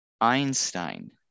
Einstein